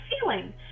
ceiling